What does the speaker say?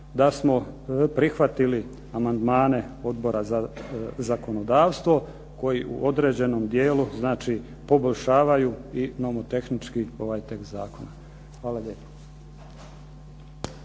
da smo prihvatili amandmane Odbora za zakonodavstvo koji u određenom dijelu poboljšavaju i nomotehnički ovaj tekst Zakona. Hvala